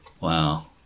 Wow